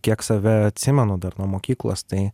kiek save atsimenu dar nuo mokyklos tai